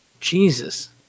Jesus